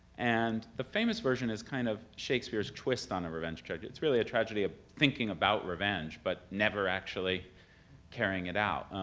and the famous version is sort kind of shakespeare's twist on a revenge tragedy. it's really a tragedy of thinking about revenge, but never actually carrying it out.